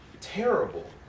Terrible